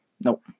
nope